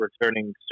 returning